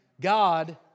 God